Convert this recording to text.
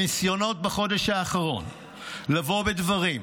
הניסיונות בחודש האחרון לבוא בדברים,